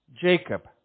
Jacob